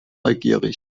neugierig